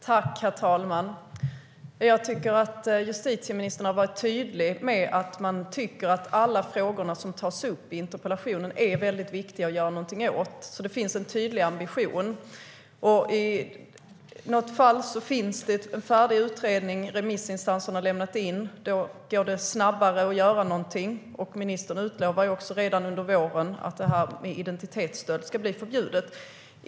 Herr talman! Jag tycker att justitieministern har varit tydlig med att alla frågor som tas upp i interpellationen är väldigt viktiga att göra någonting åt. Det finns alltså en tydlig ambition. I något fall finns det en färdig utredning som remissinstanserna lämnat in sina synpunkter på. Då går det snabbare att göra någonting. Ministern utlovar också att identitetsstöld ska förbjudas redan under våren.